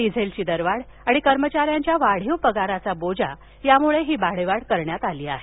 डिझेलची दरवाढ आणि कर्मचार्यांच्या वाढीव पगाराचा बोजा यामुळे ही भाडेवाढ करण्यात याली आहे